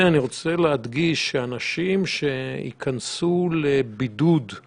לא תמיד אנשים שהם דוברי השפה הערבית דוברים את השפה